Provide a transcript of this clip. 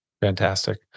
Fantastic